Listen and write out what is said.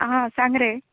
आं सांग रे